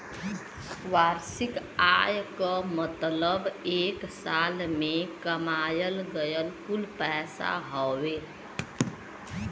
वार्षिक आय क मतलब एक साल में कमायल गयल कुल पैसा हउवे